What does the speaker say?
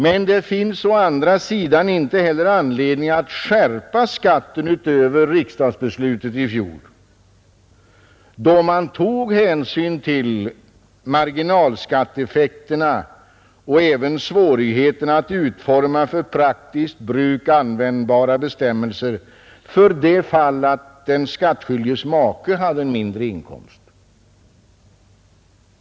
Men det finns å andra sidan inte heller anledning att skärpa skatten utöver riksdagsbeslutet i fjol, då man tog hänsyn till marginalskatteeffekterna och även till svårigheterna att utforma för praktiskt bruk användbara bestämmelser för det fall att den skattskyldiges maka hade en mindre inkomst.